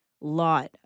lot